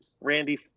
Randy